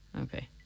okay